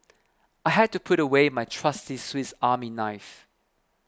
I had to put away my trusty Swiss Army knife